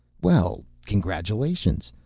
well, congratulations.